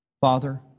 Father